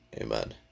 Amen